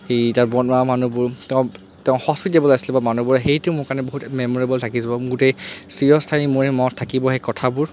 ই তাত বনোৱা মানুহবোৰ তেওঁ হস্পিটেবোল আছিলে মানুহবোৰ সেইটো মোৰ কাৰণে বহুত মেম'ৰেবোল থাকি যাব মোৰ গোটেই চিৰস্থায়ী মোৰ সেই মনত থাকিব কথাবোৰ